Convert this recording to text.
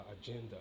agenda